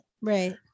Right